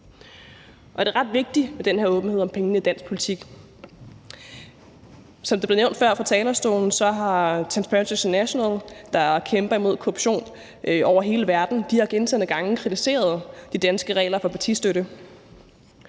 Det er ret vigtigt med den her åbenhed omkring pengene i dansk politik. Som det blev nævnt før fra talerstolen, har Transparency International, der kæmper imod korruption over hele verden, gentagne gange kritiseret de danske regler for partistøtte,